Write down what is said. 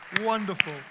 Wonderful